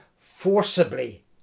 forcibly